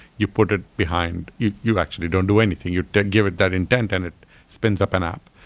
you put it behind. you you actually don't do anything. you don't give it that intent and it spins up an app.